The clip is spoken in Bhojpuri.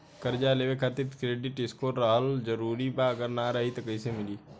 कर्जा लेवे खातिर क्रेडिट स्कोर रहल जरूरी बा अगर ना रही त कैसे मिली?